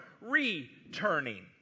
returning